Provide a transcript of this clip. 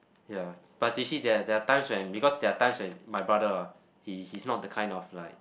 ya but they say there are there are times when because there are times when my brother ah he he's not the kind of like